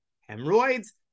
hemorrhoids